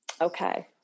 Okay